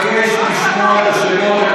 אני מבקש לשמוע את השמות.